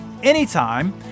Anytime